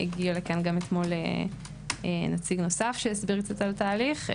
הגיע לכאן אתמול גם נציג נוסף שהסביר על התהליך.